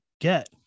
get